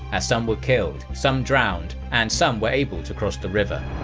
as some were killed, some drowned, and some were able to cross the river.